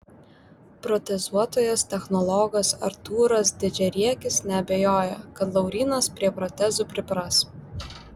protezuotojas technologas artūras didžiariekis neabejoja kad laurynas prie protezų pripras